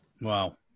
Wow